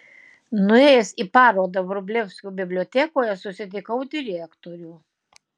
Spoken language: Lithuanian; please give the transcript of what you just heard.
nuėjęs į parodą vrublevskių bibliotekoje susitikau direktorių